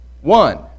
One